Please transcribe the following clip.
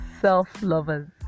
Self-Lovers